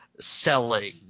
selling